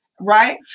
Right